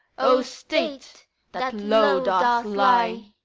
o state that low doth lie!